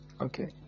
okay